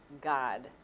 god